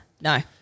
no